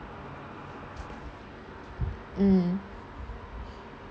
mm